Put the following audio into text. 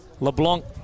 LeBlanc